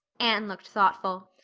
anne looked thoughtful.